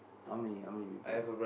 how many how many people